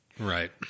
Right